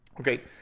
Okay